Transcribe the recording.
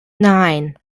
nein